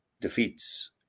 defeats